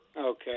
okay